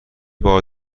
بار